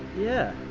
yeah,